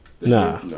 Nah